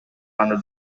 under